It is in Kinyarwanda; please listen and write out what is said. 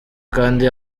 kandi